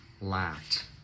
lacked